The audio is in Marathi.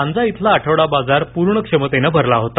लांजा इथला आठवडा बाजार पूर्ण क्षमतेनं भरला होता